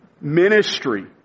ministry